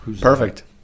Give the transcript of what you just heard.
Perfect